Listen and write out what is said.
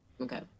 okay